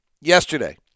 yesterday